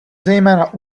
zejména